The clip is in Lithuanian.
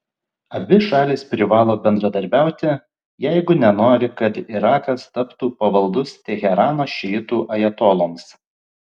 abi šalys privalo bendradarbiauti jeigu nenori kad irakas taptų pavaldus teherano šiitų ajatoloms